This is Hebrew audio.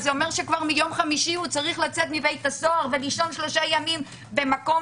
זה אומר שמיום חמישי הוא צריך לצאת מבית הסוהר ולישון שלושה ימים במקום